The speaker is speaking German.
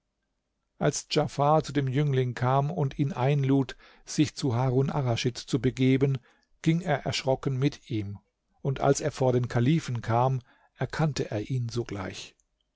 als djafar zu dem jüngling kam und ihn einlud sich zu harun arraschid zu begeben ging er erschrocken mit ihm und als er vor den kalifen kam erkannte er ihn sogleich